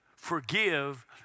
forgive